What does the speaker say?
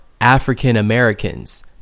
African-Americans